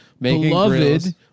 beloved